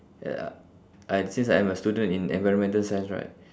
ya I since I'm a student in environmental science right